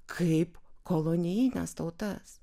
kaip kolonijines tautas